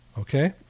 Okay